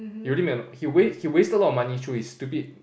he really made a lot he wasted he wasted a lot of money through his stupid